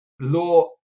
law